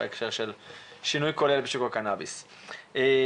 ששניים מהם אני רואה פה,